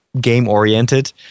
game-oriented